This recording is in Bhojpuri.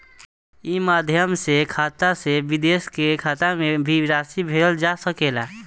ई माध्यम से खाता से विदेश के खाता में भी राशि भेजल जा सकेला का?